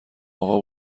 اقا